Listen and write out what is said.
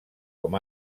com